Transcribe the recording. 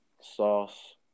Sauce